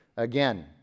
Again